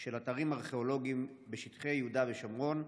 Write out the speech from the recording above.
של אתרים ארכיאולוגיים בשטחי יהודה ושומרון.